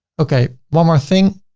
okay. one more thing.